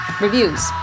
reviews